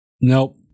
Nope